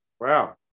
Wow